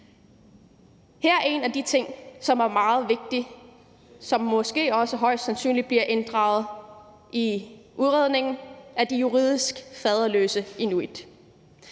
en af de ting, som er meget vigtig, og som højst sandsynligt bliver inddraget i udredningen af de juridisk faderløse inuit.